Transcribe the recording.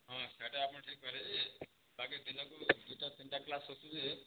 ହଁ ସେହିଟା ଆପଣ ଠିକ୍ କହିଲେ ଯେ ବାକି ଦିନକୁ ଦୁଇଟା ତିନଟା କ୍ଳାସ ହେଉଛୁ ଯେ